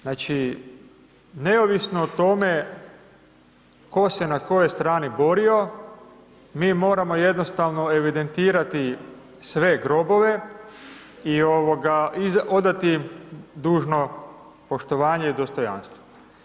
Znači, neovisno o tome tko se na kojoj strani borio, mi moramo jednostavno evidentirati sve grobove i odati im dužno poštovanje i dostojanstvo.